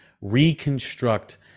reconstruct